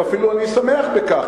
ואפילו אני שמח בכך,